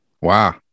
Wow